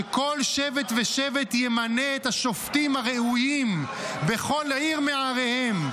שכל שבט ושבט ימנה את השופטים הראויים בכל עיר מעריהם,